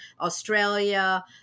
Australia